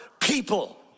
people